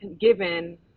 given